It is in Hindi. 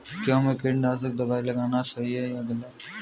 गेहूँ में कीटनाशक दबाई लगाना सही है या गलत?